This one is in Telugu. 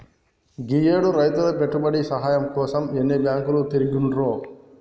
గీయేడు రైతులు పెట్టుబడి సాయం కోసం ఎన్ని బాంకులు తిరిగిండ్రో